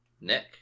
Nick